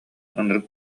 ынырык